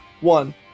one